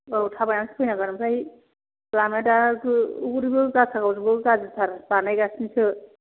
औ थाबायनानैसो फैनांगोन ओमफ्राय लामाया दा हौरैबो गासागावजोंबो गाज्रिथार बानायगासिनोसो